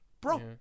bro